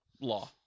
law